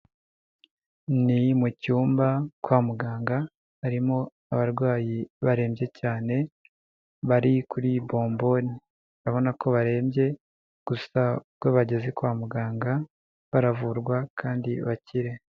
Ni mu cyumba kwa muganga harimo abarwayi barembye cyane, bari kuri bomboni. Urabona ko barembye, gusa ubwo bageze kwa muganga baravurwa kandi bakire.